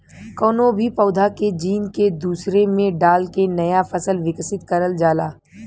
कउनो भी पौधा के जीन के दूसरे में डाल के नया फसल विकसित करल जाला